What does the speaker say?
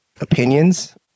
opinions